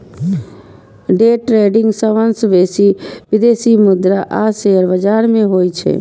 day trading सबसं बेसी विदेशी मुद्रा आ शेयर बाजार मे होइ छै